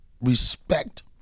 respect